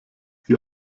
die